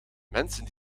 mensen